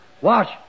Watch